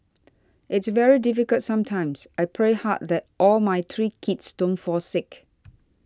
it's very difficult sometimes I pray hard that all my three kids don't fall sick